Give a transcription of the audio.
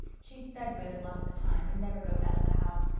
she's bed-rid a lot of the time and never goes out of the house.